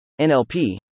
NLP